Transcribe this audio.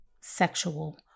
sexual